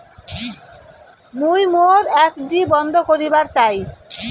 মুই মোর এফ.ডি বন্ধ করিবার চাই